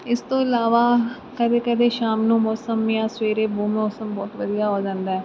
ਇਸ ਤੋਂ ਇਲਾਵਾ ਕਦੇ ਕਦੇ ਸ਼ਾਮ ਨੂੰ ਮੌਸਮ ਜਾਂ ਸਵੇਰੇ ਬੂਮ ਮੌਸਮ ਬਹੁਤ ਵਧੀਆ ਹੋ ਜਾਂਦਾ